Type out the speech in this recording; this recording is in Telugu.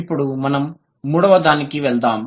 ఇప్పుడు మనం మూడవదానికి వెళ్దాం